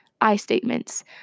I-statements